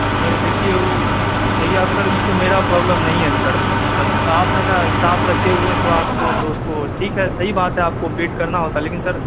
سر دیکھیے وہ دیکھیے اب سر یہ تو میرا پرابلم نہیں ہے نا سر آپ ہیں نا اسٹاف رکھے ہوئے ہیں تو آپ کو تو اس کو ٹھیک ہے صحیح بات ہے آپ کو پیڈ کرنا ہوتا ہے لیکن سر